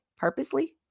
Purposely